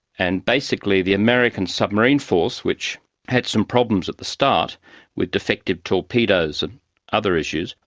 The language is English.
and basically the american submarine force, which had some problems at the start with defective torpedoes and other issues,